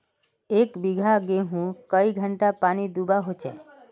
एक बिगहा गेँहूत कई घंटा पानी दुबा होचए?